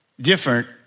different